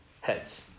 Heads